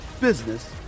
business